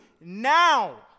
now